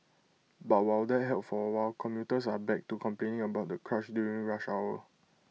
but while that helped for A while commuters are back to complaining about the crush during rush hour